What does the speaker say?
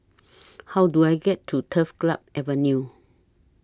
How Do I get to Turf Club Avenue